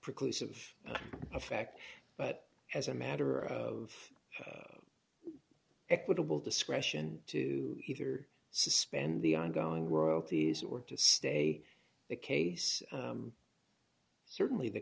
reclusive effect but as a matter of equitable discretion to either suspend the ongoing royalties or to stay the case certainly the